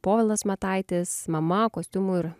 povilas mataitis mama kostiumų ir